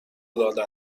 العاده